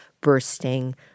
bursting